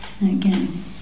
again